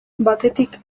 batetik